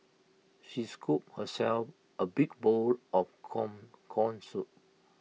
she scooped herself A big bowl of corn Corn Soup